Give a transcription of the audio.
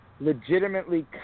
legitimately